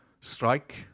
Strike